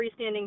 freestanding